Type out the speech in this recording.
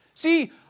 See